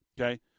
Okay